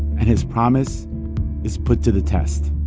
and his promise is put to the test